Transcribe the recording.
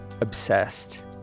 Obsessed